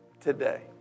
today